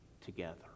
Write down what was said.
together